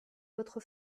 votre